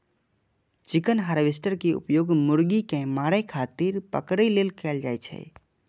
chicken harvester के उपयोग मुर्गी कें मारै खातिर पकड़ै लेल कैल जाइ छै